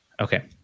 Okay